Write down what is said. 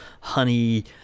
honey